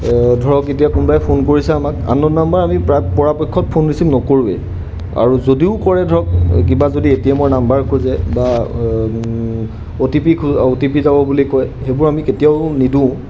ধৰক এতিয়া কোনোবাই ফোন কৰিছে আমাক আননোওন নাম্বাৰ আমি প্ৰায় পৰাপক্ষত ফোন ৰিচিভ নকৰোঁৱেই আৰু যদিও কৰে ধৰক কিবা যদি এ টি এমৰ নাম্বাৰ খোজে বা অ' টি পি খোজে বা অ' টি পি যাব বুলি কয় সেইবোৰ আমি কেতিয়াও নিদোঁ